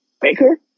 Baker